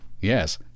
Yes